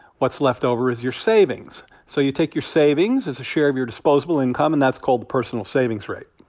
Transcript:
what's left over is your savings. so you take your savings as a share of your disposable income, and that's called the personal savings rate